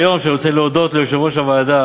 היום, ואני רוצה להודות ליושב-ראש הוועדה